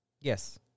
Yes